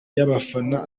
y’abafana